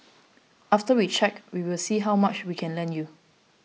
after we check we will see how much we can lend you